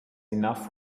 enough